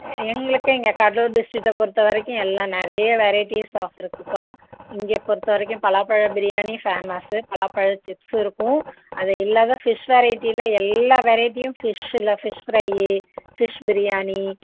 எங்களுக்கு இங்கே கடலூர் டிஸ்ட்ரிக்கை பொறுத்த வரைக்கும் எல்லாம் நிறைய வெரைட்டீஸ் ஷாப் இருக்குப்பா இங்கே பொறுத்த வரைக்கும் பலாப்பழ பிரியாணி ஃபேமஸ்ஸு பலாப்பழ சிப்ஸ் இருக்கும் அதை இல்லாத ஃபிஷ் வெரைட்டியில எல்லா வெரைட்டியும் ஃபிஷ்ஷில் ஃபிஷ் ஃபிரை ஃபிஷ் பிரியாணி